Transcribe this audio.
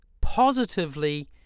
positively